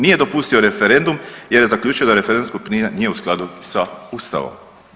Nije dopustio referendum jer je zaključio da referendumsko pitanje nije u skladu sa Ustavom.